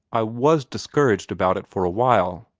i was discouraged about it for a while.